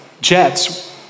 jets